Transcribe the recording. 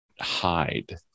hide